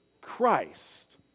Christ